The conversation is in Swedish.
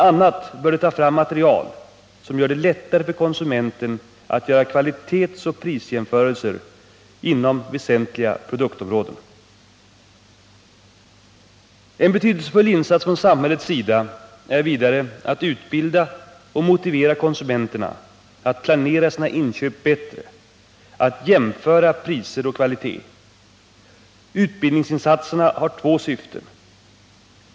a. bör de ta fram material som gör det lättare för konsumenten att göra kvalitetsoch prisjämförelser inom väsentliga produktområden. En betydelsefull insats från samhällets sida är vidare att utbilda och motivera konsumenterna att planera sina inköp bättre, att jämföra priser och kvaliteter. Utbildningsinsatserna har två syften.